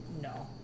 no